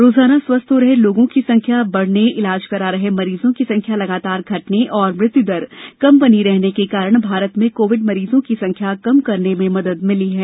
रोजाना स्वस्थ हो रहे लोगों की संख्या बढने इलाज करा रहे मरीजों की संख्या लगातार घटने और मृत्युदर कम बनी रहने के कारण भारत में कोविड मरीजों की संख्या कम करने में मदद मिली है